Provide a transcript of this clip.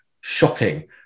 shocking